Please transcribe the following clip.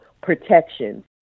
protection